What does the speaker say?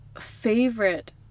favorite